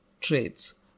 traits